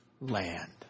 land